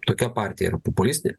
tokia partija yra populistinė